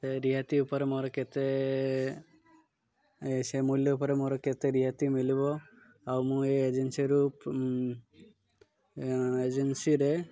ସେ ରିହାତି ଉପରେ ମୋର କେତେ ସେ ମୂଲ୍ୟ ଉପରେ ମୋର କେତେ ରିହାତି ମଳିବ ଆଉ ମୁଁ ଏ ଏଜେନ୍ସିରୁ ଏଜେନ୍ସିରେ